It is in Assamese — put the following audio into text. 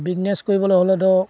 বিজনেছ কৰিবলৈ হ'লে ধৰক